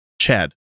Chad